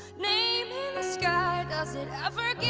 name in the sky does it ever